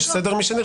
יש סדר של מי שנרשם.